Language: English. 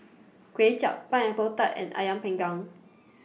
Kway Chap Pineapple Tart and Ayam Panggang